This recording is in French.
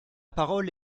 parole